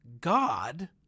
God